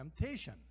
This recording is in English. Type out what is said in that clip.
temptation